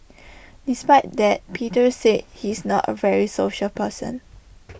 despite that Peter said he's not A very social person